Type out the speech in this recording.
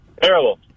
Terrible